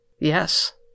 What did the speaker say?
Yes